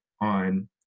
on